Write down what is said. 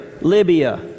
Libya